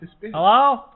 Hello